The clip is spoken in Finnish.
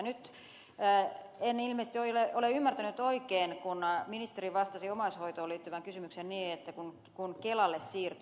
nyt en ilmeisesti ole ymmärtänyt oikein kun ministeri vastasi omaishoitoon liittyvään kysymykseen niin että kelalle siirtyy